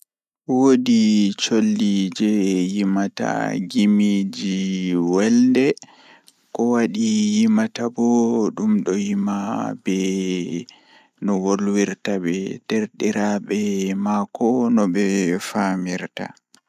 Ceede ɗon sooda seyo masin Ko wonaa ɗum feewi, tawa to no ɓuri fayde e miijeele ndiyam tawa e gollal wootere, kono ɓeɗɗo tigi fuɗɗi ko waɗi faaɗi ɓe neɗɗo. Ɗum waɗi e ndiyam ngal, ko e jeyaaɗe beɓɓe e fowru, kono ko ngoodi fowruɗi. Ɓe ɓuri semtaade hay si tawii njahaange, ɗum waɗi maaɓɓe e ɓe heddii heeɓere jokkude.